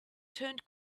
turned